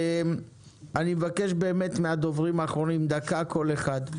אני מבקש באמת מהדוברים האחרונים דקה כל אחד,